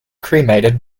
cremated